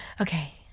Okay